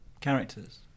characters